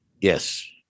Yes